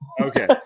Okay